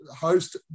host